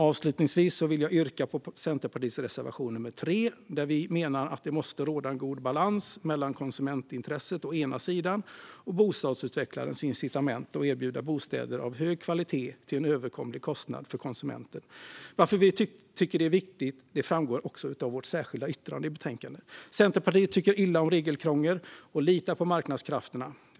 Avslutningsvis vill jag yrka bifall till Centerpartiets reservation 1 under punkt 3. Vi menar att det måste råda god balans mellan konsumentintresset och bostadsutvecklarens incitament att erbjuda bostäder av hög kvalitet till en överkomlig kostnad för konsumenten. Varför vi tycker att det är viktigt framgår av vårt särskilda yttrande i betänkandet. Centerpartiet tycker illa om regelkrångel och litar på marknadskrafterna.